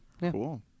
cool